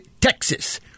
Texas